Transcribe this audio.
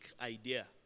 idea